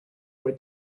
were